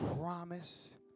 promise